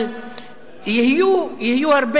אבל יהיו הרבה